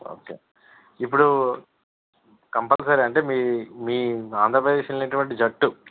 okay ఇప్పుడు compulsory అంటే మీ మీ ఆంధ్రప్రదేశ్ వెళ్ళినటువంటి జట్టు